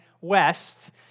west